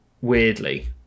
Weirdly